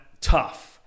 tough